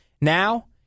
Now